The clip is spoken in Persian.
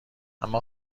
اما